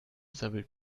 sabbelt